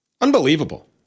Unbelievable